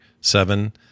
seven